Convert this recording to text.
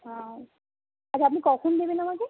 আচ্ছা আপনি কখন দেবেন আমাকে